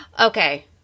Okay